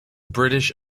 british